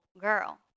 girl